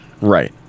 Right